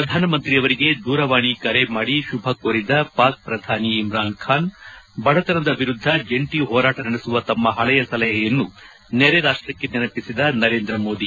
ಪ್ರಧಾನಮಂತ್ರಿ ಅವರಿಗೆ ದೂರವಾಣಿ ಕರೆ ಮಾಡಿ ಶುಭ ಕೋರಿದ ಪಾಕ್ ಪ್ರಧಾನಿ ಇಮ್ರಾನ್ ಬಾನ್ ಬಡತನದ ವಿರುದ್ದ ಜಂಟಿ ಹೋರಾಟ ನಡೆಸುವ ತಮ್ನ ಹಳೆಯ ಸಲಹೆಯನ್ನು ನೆರೆರಾಷ್ಲಕ್ಷೆ ನೆನಪಿಸಿದ ನರೇಂದ್ರ ಮೋದಿ